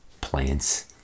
plants